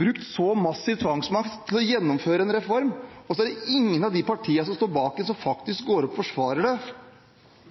brukt massiv tvangsmakt for å gjennomføre en reform, og så er det ingen av partiene som står bak, som